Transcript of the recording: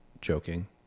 joking